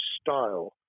style